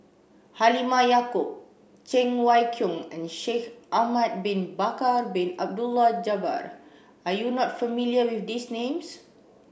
Halimah Yacob Cheng Wai Keung and Shaikh Ahmad Bin Bakar Bin Abdullah Jabbar are you not familiar with these names